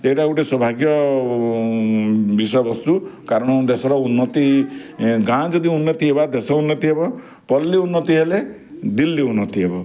ସେଇଟା ଗୋଟେ ସୌଭାଗ୍ୟ ବିଷୟ ବସ୍ତୁ କାରଣ ଦେଶର ଉନ୍ନତି ଗାଁ' ଯଦି ଉନ୍ନତି ହେବ ଦେଶ ଉନ୍ନତି ହେବ ପଲ୍ଲୀ ଉନ୍ନତି ହେଲେ ଦିଲ୍ଲୀ ଉନ୍ନତି ହେବ